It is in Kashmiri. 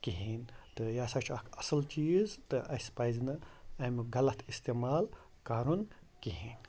کِہیٖنۍ تہٕ یہِ ہسا چھُ اَکھ اَصٕل چیٖز تہٕ اَسہِ پَزِ نہٕ اَمیُک غلط اِستعمال کَرُن کِہیٖنۍ